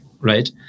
right